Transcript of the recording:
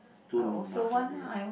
Tun Mahathir